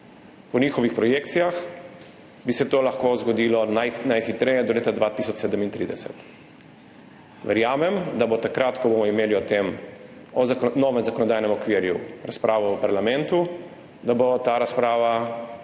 Po njihovih projekcijah bi se to lahko zgodilo najhitreje do leta 2037. Verjamem, da bo, takrat ko bomo imeli o novem zakonodajnem okviru razpravo v parlamentu, ta razprava